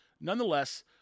nonetheless